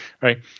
Right